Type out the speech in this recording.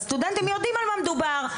אז סטודנטים יודעים על מה מדובר,